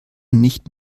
nicht